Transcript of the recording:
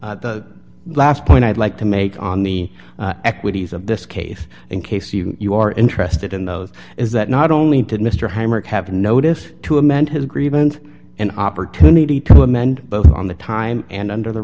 last point i'd like to make on the equities of this case in case you you are interested in those is that not only did mr hammer have notice to amend his grievance an opportunity to amend both on the time and under the